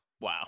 Wow